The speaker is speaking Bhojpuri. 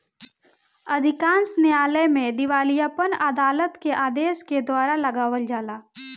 अधिकांश न्यायालय में दिवालियापन अदालत के आदेश के द्वारा लगावल जाला